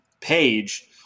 page